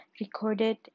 recorded